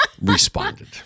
Responded